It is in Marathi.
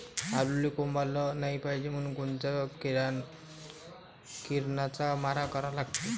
आलूले कोंब आलं नाई पायजे म्हनून कोनच्या किरनाचा मारा करा लागते?